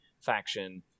faction